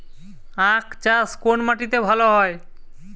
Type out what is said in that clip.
আখ চাষ কোন মাটিতে ভালো হয়?